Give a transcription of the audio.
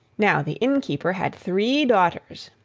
now the innkeeper had three daughters,